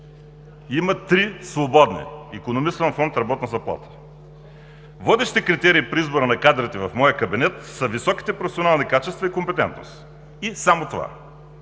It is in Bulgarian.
Има три свободни – икономисвам фонд „Работна заплата“. Водещи критерии при избора на кадрите в моя кабинет са високите професионални качества и компетентност. И само това!